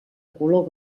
color